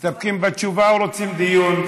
מסתפקים בתשובה או רוצים דיון?